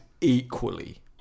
equally